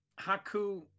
Haku